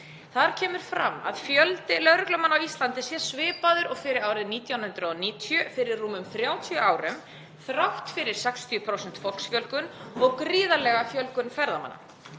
Þar kemur fram að fjöldi lögreglumanna á Íslandi sé svipaður og árið 1990, fyrir rúmum 30 árum, þrátt fyrir 60% fólksfjölgun og gríðarlega fjölgun ferðamanna.